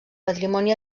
patrimoni